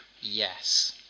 Yes